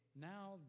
now